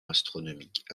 astronomique